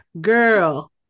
Girl